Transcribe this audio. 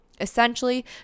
Essentially